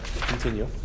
continue